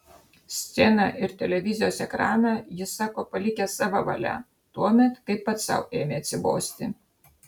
sceną ir televizijos ekraną jis sako palikęs sava valia tuomet kai pats sau ėmė atsibosti